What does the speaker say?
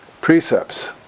precepts